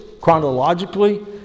chronologically